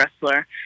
wrestler